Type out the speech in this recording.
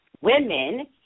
women